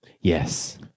Yes